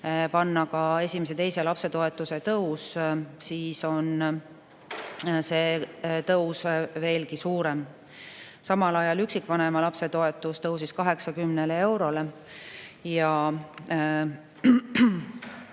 panna ka esimese ja teise lapse toetuse tõus, siis on see tõus veelgi suurem. Samal ajal üksikvanema lapse toetus tõusis 80 eurole ja